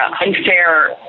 unfair